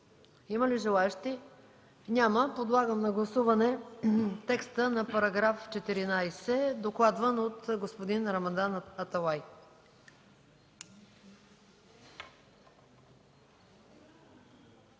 Има ли желаещи? Няма. Подлагам на гласуване текста на § 14, докладван от господин Рамадан Аталай.